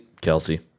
Kelsey